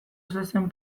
zezen